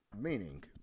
meaning